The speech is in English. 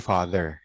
Father